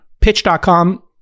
pitch.com